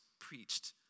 preached